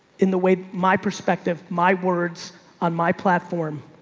in the way, my perspective, my words on my platform